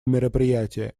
мероприятие